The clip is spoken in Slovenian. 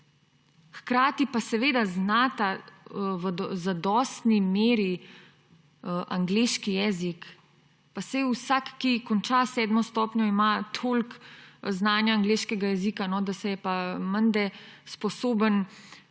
Hkrati pa seveda znata v zadostni meri angleški jezik. Pa saj ima vsak, ki konča sedmo stopnjo, toliko znanja angleškega jezika, da se je pa menda sposoben